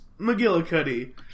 McGillicuddy